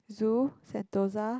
Zoo Sentosa